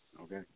okay